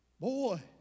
Boy